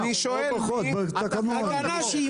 תקנה שהיא מתוך חוק.